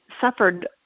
suffered